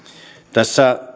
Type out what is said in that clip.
tässä